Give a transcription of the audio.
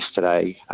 yesterday